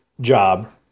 job